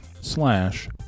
slash